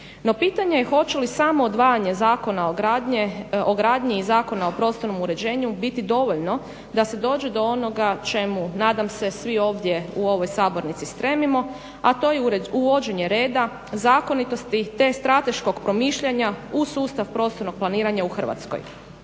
No pitanje je hoće li samo odvajanje Zakona o gradnji i Zakona o prostornom uređenju biti dovoljno da se dođe do onoga čemu nadam se svi ovdje u ovoj sabornici stremimo, a to je uvođenje reda, zakonitosti te strateškog promišljanja u sustav prostornog planiranja u Hrvatskoj,